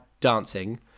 dancing